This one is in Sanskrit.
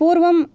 पूर्वं